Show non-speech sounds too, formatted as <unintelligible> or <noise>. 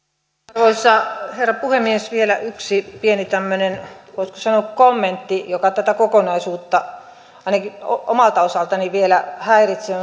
arvoisa herra puhemies vielä yksi pieni tämmöinen voisiko sanoa kommentti joka tätä kokonaisuutta ainakin omalta osaltani vielä häiritsee <unintelligible>